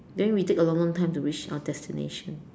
then we take a long long time to reach our destination